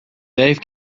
dave